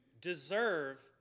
deserve